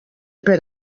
per